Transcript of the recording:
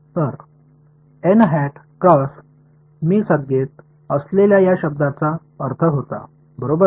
तर मी संज्ञेत असलेल्या या शब्दाचा अर्थ होता बरोबर